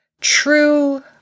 true